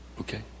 okay